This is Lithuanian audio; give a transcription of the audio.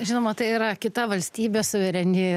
žinoma tai yra kita valstybė suvereni